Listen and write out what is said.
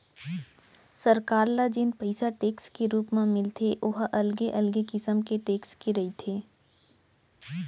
सरकार ल जेन पइसा टेक्स के रुप म मिलथे ओ ह अलगे अलगे किसम के टेक्स के रहिथे